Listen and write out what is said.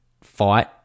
fight